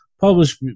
published